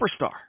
superstar